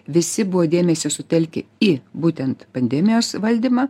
visi buvo dėmesį sutelki į būtent pandemijos valdymą